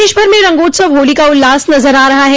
प्रदेश भर में रंगोत्सव होली का उल्लास नज़र आ रहा है